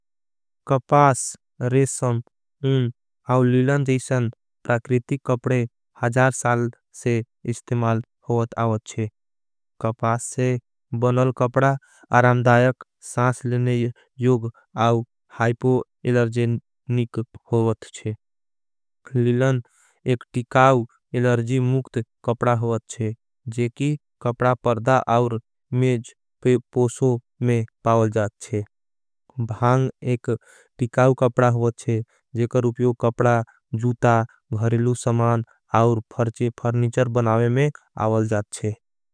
कपास रेशम उन और लिलन जैसन प्रकृतिक कपड़े। हजार साल से इस्तिमाल होवत आवत छे कपास से। बनल कपड़ा अरामदायक सांस लिने योग और हाईपो। एलरजेनिक होवत छे लिलन एक टिकाव एलरजी मुक्त। कपड़ा होवत छे जेकी कपड़ा परदा और मेज पोसो में पावल। जात छे भांग एक टिकाव कपड़ा होवत छे जेका रूपयो। कपड़ा जूता घरिलू समान और फर्णीचर बनावे में आवल जात छे।